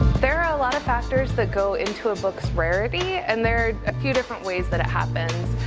there are a lot of factors that go into a book's rarity, and there are a few different ways that it happens.